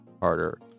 harder